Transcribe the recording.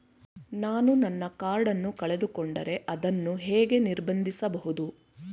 ನಾನು ನನ್ನ ಕಾರ್ಡ್ ಅನ್ನು ಕಳೆದುಕೊಂಡರೆ ಅದನ್ನು ಹೇಗೆ ನಿರ್ಬಂಧಿಸಬಹುದು?